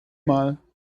mal